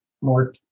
more